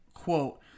quote